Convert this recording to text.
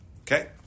Okay